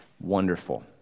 wonderful